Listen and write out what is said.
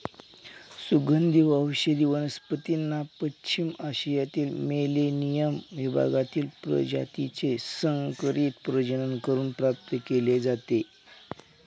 सुगंधी व औषधी वनस्पतींना पश्चिम आशियातील मेलेनियम विभागातील प्रजातीचे संकरित प्रजनन करून प्राप्त केले जाते